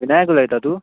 विनायक उलयता तूं